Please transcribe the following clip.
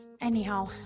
Anyhow